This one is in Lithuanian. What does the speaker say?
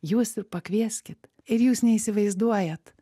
jūs ir pakvieskit ir jūs neįsivaizduojat